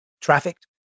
trafficked